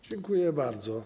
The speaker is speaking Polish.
Dziękuję bardzo.